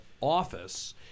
office